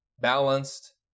balanced